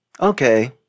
Okay